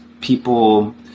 people